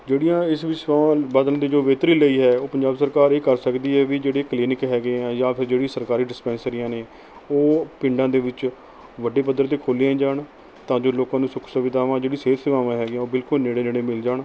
ਜਿਹੜੀਆਂ ਇਸ ਵਿਸ਼ਾਲ ਬਦਲਣ ਦੀ ਜੋ ਬੇਹਤਰੀ ਲਈ ਹੈ ਉਹ ਪੰਜਾਬ ਸਰਕਾਰ ਹੀ ਕਰ ਸਕਦੀ ਹੈ ਵੀ ਜਿਹੜੇ ਕਲੀਨਿਕ ਹੈਗੇ ਆ ਜਾਂ ਫਿਰ ਜਿਹੜੀ ਸਰਕਾਰੀ ਡਿਸਪੈਂਸਰੀਆਂ ਨੇ ਉਹ ਪਿੰਡਾਂ ਦੇ ਵਿੱਚ ਵੱਡੇ ਪੱਧਰ 'ਤੇ ਖੋਲ੍ਹੀਆਂ ਜਾਣ ਤਾਂ ਜੋ ਲੋਕਾਂ ਨੂੰ ਸੁੱਖ ਸੁਵਿਧਾਵਾਂ ਜਿਹੜੀ ਸਿਹਤ ਸੇਵਾਵਾਂ ਹੈਗੀਆਂ ਉਹ ਬਿਲਕੁਲ ਨੇੜੇ ਨੇੜੇ ਮਿਲ ਜਾਣ